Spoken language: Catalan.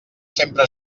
sempre